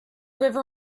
river